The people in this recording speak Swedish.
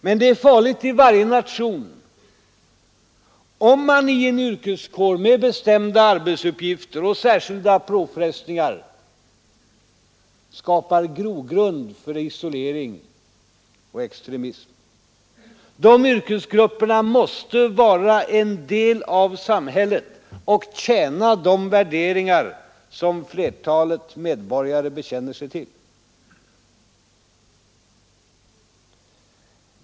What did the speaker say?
Men det är farligt i varje nation om man i en yrkeskår med bestämda arbetsuppgifter och särskilda påfrestningar skapar grogrund för isolering och extremism. Dessa yrkesgrupper måste vara en del av samhället och tjäna de värderingar som flertalet medborgare bekänner sig till.